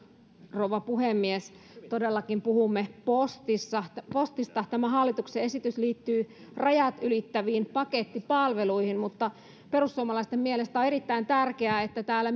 rouva puhemies todellakin puhumme postista tämä hallituksen esitys liittyy rajat ylittäviin pakettipalveluihin mutta perussuomalaisten mielestä on erittäin tärkeää että meillä täällä